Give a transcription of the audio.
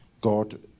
God